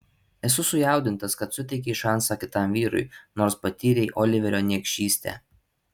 esu sujaudintas kad suteiki šansą kitam vyrui nors patyrei oliverio niekšystę